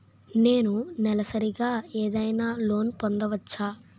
నేను నెలసరిగా ఏదైనా లోన్ పొందవచ్చా?